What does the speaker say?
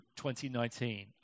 2019